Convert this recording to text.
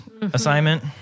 assignment